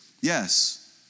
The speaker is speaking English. Yes